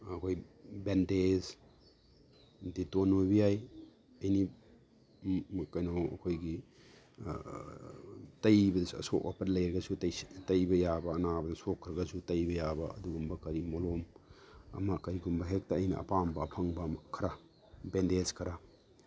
ꯑꯩꯈꯣꯏ bandage Dettol ꯑꯣꯏꯕ ꯌꯥꯏ ꯑꯦꯅꯤ ꯀꯩꯅꯣ ꯑꯩꯈꯣꯏꯒꯤ ꯇꯩꯕꯗ ꯑꯁꯣꯛ ꯑꯄꯟ ꯂꯩꯔꯒꯁꯨ ꯇꯩꯕ ꯌꯥꯕ ꯑꯅꯥꯕꯗ ꯁꯣꯛꯈ꯭ꯔꯒꯁꯨ ꯇꯩꯕ ꯌꯥꯕ ꯑꯗꯨꯒꯨꯝꯕ ꯀꯔꯤ ꯃꯣꯂꯣꯝ ꯑꯃ ꯀꯔꯤꯒꯨꯝꯕ ꯍꯦꯛꯇ ꯑꯩꯅ ꯑꯄꯥꯝꯕ ꯑꯐꯪꯕ ꯈꯔ ꯕꯦꯟꯗꯦꯖ ꯈꯔ